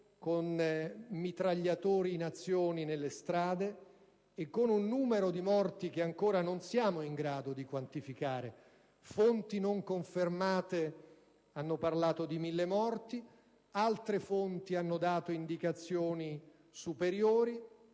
mitragliatori in azione nelle strade, e con un numero di morti che ancora non siamo in grado di quantificare. Fonti non confermate hanno parlato di 1000 morti; altre fonti hanno dato indicazioni superiori.